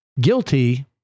guilty